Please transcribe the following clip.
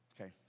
Okay